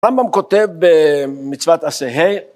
הרמב"ם כותב במצוות עשה ה